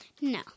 No